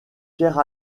pierre